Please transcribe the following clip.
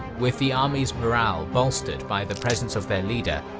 with the army's morale bolstered by the presence of their leader,